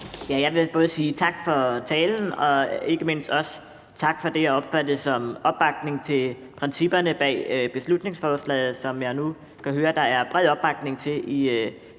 Jeg vil både sige tak for talen og ikke mindst også tak for det, jeg opfattede som opbakning til principperne bag beslutningsforslaget, som jeg nu kan høre der er bred opbakning til i salen her.